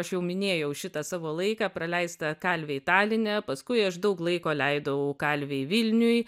aš jau minėjau šitą savo laiką praleistą kalvėj taline paskui aš daug laiko leidau kalvėj vilniuj